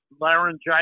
laryngitis